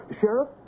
Sheriff